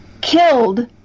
killed